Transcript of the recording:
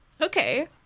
Okay